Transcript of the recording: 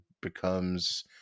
becomes